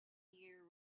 year